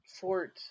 Fort